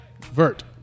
Vert